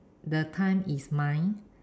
the time is mine